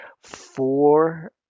four